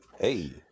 Hey